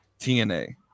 TNA